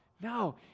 No